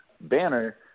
banner